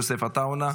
יוסף עטאונה,